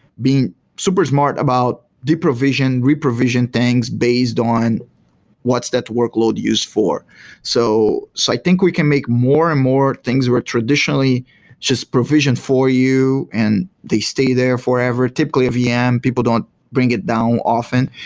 being super smart about de-provision, re-provision things based on what's that workload used for so so i think we can make more and more things who are traditionally just provisioned for you and they stay there forever. typically a vm, people don't bring it down often.